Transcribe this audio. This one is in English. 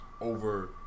over